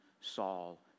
Saul